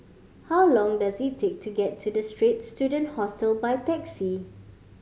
how long does it take to get to The Straits Student Hostel by taxi